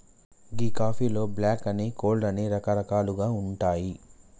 గీ కాఫీలో బ్లాక్ అని, కోల్డ్ అని రకరకాలుగా ఉంటాయి